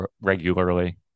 regularly